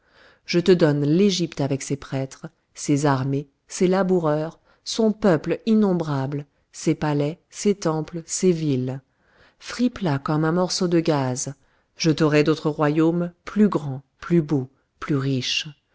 je te donne l'égypte avec ses prêtres ses armées ses laboureurs son peuple innombrable ses palais ses temples ses villes fripe la comme un morceau de gaze je t'aurai d'autres royaumes plus grands plus beaux plus riches